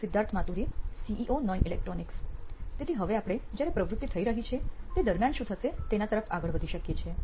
Siddharth Maturi CEO નોઇન electronics તેથી હવે આપણે જ્યારે પ્રવૃત્તિ થઈ રહી છે તે દરમિયાન શું થશે તેના તરફ આગળ વધી શકીએ છીએ